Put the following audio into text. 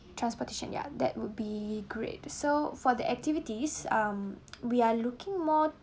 transportation ya that would be great so for the activities um we are looking more